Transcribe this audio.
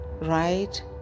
right